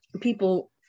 people